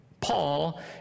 Paul